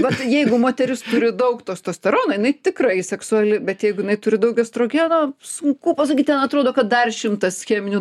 vat jeigu moteris turi daug tostosterono jinai tikrai seksuali bet jeigu jinai turi daug estrogeno sunku pasakyti atrodo kad dar šimtas cheminių